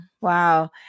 Wow